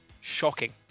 shocking